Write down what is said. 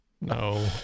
No